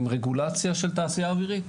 עם רגולציה של תעשיה אווירית.